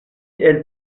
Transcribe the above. elles